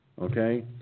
okay